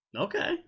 Okay